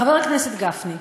חבר הכנסת גפני,